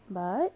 but